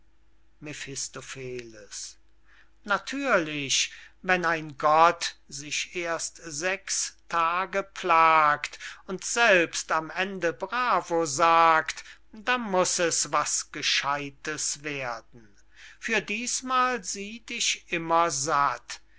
mephistopheles natürlich wenn ein gott sich erst sechs tage plagt und selbst am ende bravo sagt da muß es was gescheidtes werden für dießmal sieh dich immer satt